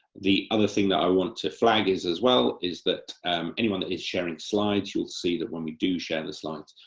the other thing that i want to flag as well is that anyone that is sharing slides, you'll see that when we do share the slides,